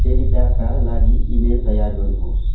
सेलिकाका लागि इमेल तयार गर्नुहोस्